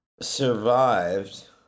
survived